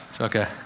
Okay